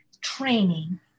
training